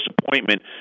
disappointment